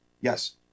yes